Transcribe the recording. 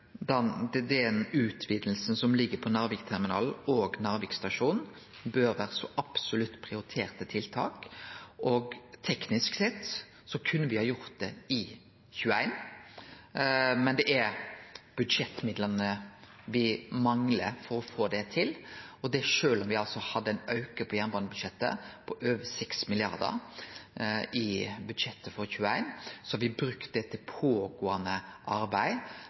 Narvik stasjon, bør så absolutt vere prioriterte tiltak. Teknisk sett kunne me ha gjort det i 2021, men me manglar budsjettmidlane for å få det til. Sjølv om me har ein auke i jernbanebudsjettet på over 6 mrd. kr i budsjettet for 2021, har me brukt dei midlane til pågåande arbeid